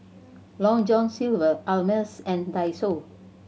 Long John Silver Ameltz and Daiso